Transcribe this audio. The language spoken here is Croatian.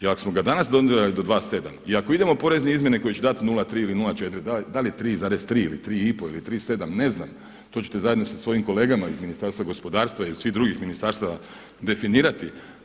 Jer ako smo ga danas dotjerali do 2,7 i ako idemo u porezne izmjene koje će dati 0,3 ili 0,4 da li je 3,3 ili 3 i pol ili 3,7 ne znam to ćete zajedno sa svojim kolegama iz Ministarstva gospodarstva, iz svih drugih ministarstava definirati.